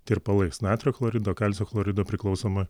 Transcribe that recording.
tirpalais natrio chlorido kalcio chlorido priklausomai